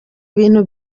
ibintu